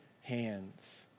hands